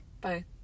Bye